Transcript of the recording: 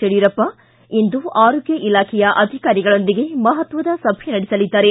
ಯಡಿಯೂರಪ್ಪ ಇಂದು ಆರೋಗ್ಯ ಇಲಾಖೆಯ ಅಧಿಕಾರಿಗಳೊಂದಿಗೆ ಮಹತ್ವದ ಸಭೆ ನಡೆಸಲಿದ್ದಾರೆ